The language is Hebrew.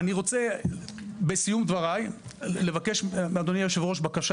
אני רוצה בסיום דבריי לבקש מאדוני יושב-הראש בקשה